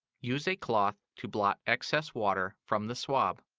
use a cloth to blot excess water from the swab.